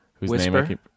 Whisper